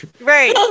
Right